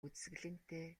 үзэсгэлэнтэй